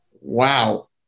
Wow